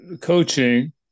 coaching